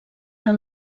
del